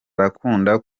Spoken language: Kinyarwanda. arakunda